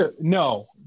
No